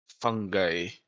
fungi